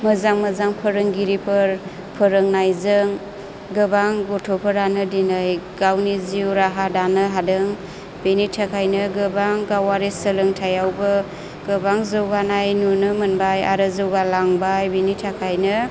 मोजां मोजां फोरोंगिरिफोर फोरोंनायजों गोबां गथ'फोरानो दिनै गावनि जिउ राहा दानो हादों बिनि थाखायनो गोबां गावारि सोलोंथाइयावबो गोबां जौगानाय नुनो मोनबाय आरो जौगालांबाय बिनि थाखायनो